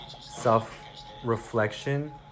self-reflection